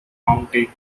county